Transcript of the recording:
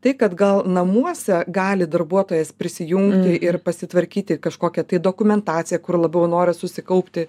tai kad gal namuose gali darbuotojas prisijun ir pasitvarkyti kažkokią tai dokumentaciją kur labiau noras susikaupti